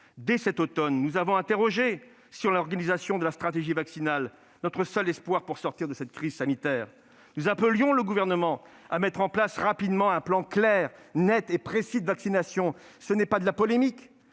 Dès cet automne, nous vous avons interrogé sur l'organisation de la stratégie vaccinale, notre seul espoir pour sortir de cette crise sanitaire. Nous appelions le Gouvernement à mettre en place rapidement un plan clair, net et précis de vaccination. Ce n'était pas de la polémique,